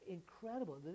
incredible